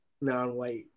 Non-white